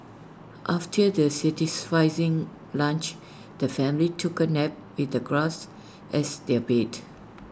after their satisfying lunch the family took A nap with the grass as their bed